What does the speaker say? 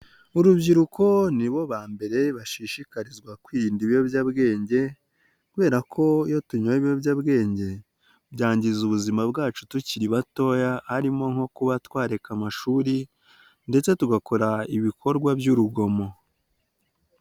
Urubyiruko ni bo ba mbere bashishikarizwa kwirinda ibiyobyabwenge kubera ko iyo tunyweye ibiyobyabwenge byangiza ubuzima bwacu tukiri batoya, harimo nko kuba twareka amashuri ndetse tugakora ibikorwa by'urugomo.